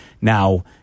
now